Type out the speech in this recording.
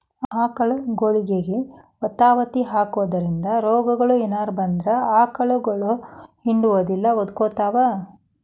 ಆಕಳಗೊಳಿಗೆ ವತವತಿ ಹಾಕೋದ್ರಿಂದ ರೋಗಗಳು ಏನರ ಬಂದ್ರ ಆಕಳಗೊಳ ಹಿಂಡುದಿಲ್ಲ ಒದಕೊತಾವ